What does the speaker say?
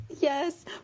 yes